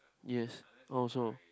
yes also